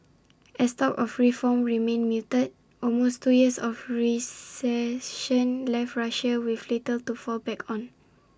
as talk of reform remained muted almost two years of recession left Russia with little to fall back on